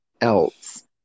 else